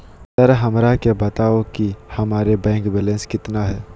Sir हमरा के बताओ कि हमारे बैंक बैलेंस कितना है?